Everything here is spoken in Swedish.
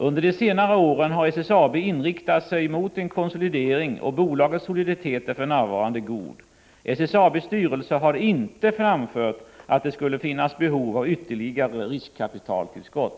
Under de senaste åren har SSAB inriktat sig mot en konsolidering, och bolagets soliditet är för närvarande god. SSAB:s styrelse har inte framfört att det skulle finnas behov av ytterligare riskkapitaltillskott.